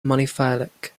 monophyletic